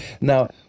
Now